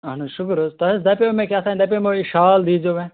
اَہَن حظ شُکُر حظ تۄہہِ حظ دَپٮ۪و مےٚ کیٛاہتانۍ دَپٮ۪و مو یہِ شال دیٖزیٚو مےٚ